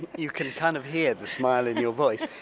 you can kind of hear the smile in your voice.